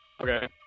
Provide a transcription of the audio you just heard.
Okay